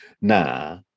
nah